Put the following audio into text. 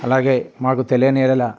అలాగే మాకు తెలియని ఎడల